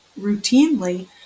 routinely